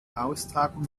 austragung